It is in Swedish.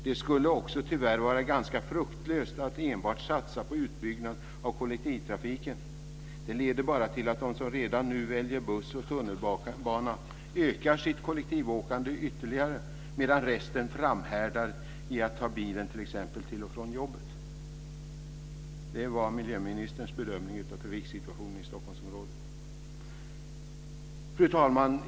Det skulle också tyvärr vara ganska fruktlöst att enbart satsa på utbyggnad av kollektivtrafiken; det leder bara till att de som redan nu väljer buss och tunnelbana ökar sitt kollektivåkande ytterligare medan resten framhärdar i att ta bilen t.ex. till och från jobbet." Detta var miljöministerns bedömning av trafiksituationen i Stockholmsområdet. Fru talman!